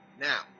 Now